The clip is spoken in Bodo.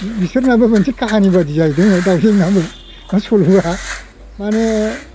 बिसोरनाबो मोनसे काहानि बायदि जाहैदों दावजेंनाबो माने सल'आ माने